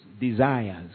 desires